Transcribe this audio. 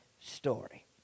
story